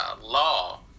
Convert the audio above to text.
law